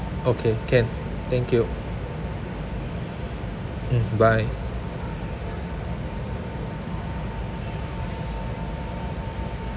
okay can thank you mm bye